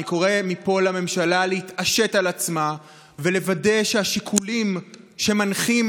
אני קורא מפה לממשלה להתעשת על עצמה ולוודא שהשיקולים שמנחים